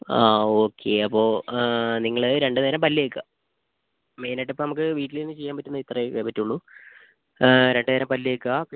ആ ഓക്കെ അപ്പോൾ നിങ്ങൾ രണ്ട് നേരം പല്ല് തേയ്ക്കുക മെയിൻ ആയിട്ട് ഇപ്പം നമുക്ക് വീട്ടിൽ ഇരുന്ന് ചെയ്യാൻ പറ്റുന്ന ഇത്രയൊക്കെ പറ്റുള്ളൂ രണ്ട് നേരം പല്ല് തേയ്ക്കുക